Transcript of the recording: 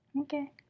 Okay